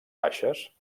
baixes